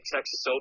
Texas